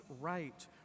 right